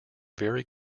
very